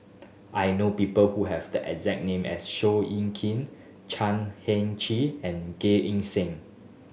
I know people who have the exact name as Seow Yit Kin Chan Heng Chee and Eng Seng